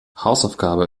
hausaufgabe